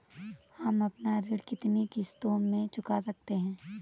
हम अपना ऋण कितनी किश्तों में चुका सकते हैं?